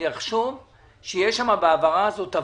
אם אני אחשוב שיש בהעברה הזאת עוולות.